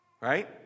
right